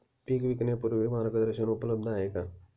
पीक विकण्यापूर्वी मार्गदर्शन उपलब्ध आहे का?